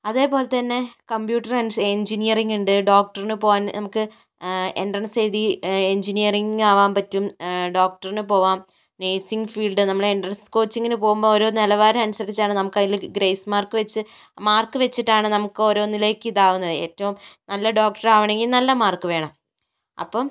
അതേപോലെത്തന്നെ computer engineering ഉണ്ട് ഡോക്ടറിന് പോകാൻ നമുക്ക് എൻട്രൻസ് എഴുതി എഞ്ചിനീയറിംഗ് ആവാൻ പറ്റും ഡോക്ടറിനു പോവാം നഴ്സിംഗ് ഫീൽഡ് നമ്മൾ എൻട്രൻസ് കോച്ചിങ്ങിനു പോകുമ്പോൾ ഒരു നിലവാരം അനുസരിച്ചാണ് നമുക്ക് അതില് ഗ്രേസ് മാർക്ക് വെച്ച് മാർക്ക് വെച്ചിട്ടാണ് നമുക്ക് ഓരോന്നിലേക്ക് ഇതാകുന്നത് ഏറ്റവും നല്ല ഡോക്ടർ ആകണമെങ്കിൽ നല്ല മാർക്ക് വേണം അപ്പോൾ